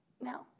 now